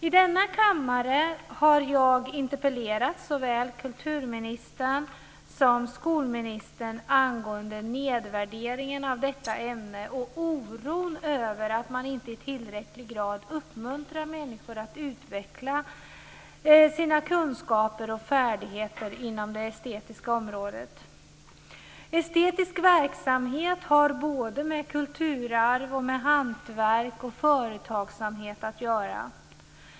I denna kammare har jag interpellerat såväl kulturministern som skolministern angående nedvärderingen av detta ämne och oron över att man inte i tillräcklig grad uppmuntrar människor att utveckla sina kunskaper och färdigheter inom det estetiska området. Estetisk verksamhet har både med kulturarv och med hantverk och företagsamhet att göra.